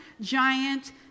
giant